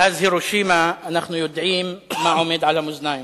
מאז הירושימה אנחנו יודעים מה עומד על המאזניים.